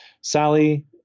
Sally